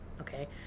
Okay